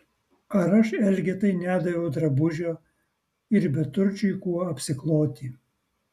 ar aš elgetai nedaviau drabužio ir beturčiui kuo apsikloti